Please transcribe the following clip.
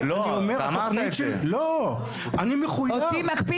אני מחויב